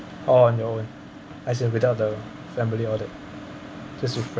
oh I know as in without the family all that just with friends